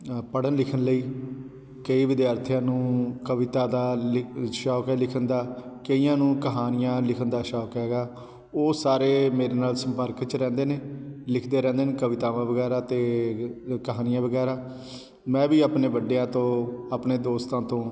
ਅ ਪੜ੍ਹਨ ਲਿਖਣ ਲਈ ਕਈ ਵਿਦਿਆਰਥੀਆਂ ਨੂੰ ਕਵਿਤਾ ਦਾ ਲਿ ਸ਼ੌਕ ਹੈ ਲਿਖਣ ਦਾ ਕਈਆਂ ਨੂੰ ਕਹਾਣੀਆਂ ਲਿਖਣ ਦਾ ਸ਼ੌਕ ਹੈਗਾ ਉਹ ਸਾਰੇ ਮੇਰੇ ਨਾਲ ਸੰਪਰਕ 'ਚ ਰਹਿੰਦੇ ਨੇ ਲਿਖਦੇ ਰਹਿੰਦੇ ਨੇ ਕਵਿਤਾਵਾਂ ਵਗੈਰਾ ਅਤੇ ਕਹਾਣੀਆਂ ਵਗੈਰਾ ਮੈਂ ਵੀ ਆਪਣੇ ਵੱਡਿਆਂ ਤੋਂ ਆਪਣੇ ਦੋਸਤਾਂ ਤੋਂ